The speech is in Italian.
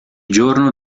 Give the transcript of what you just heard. giorno